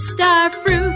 Starfruit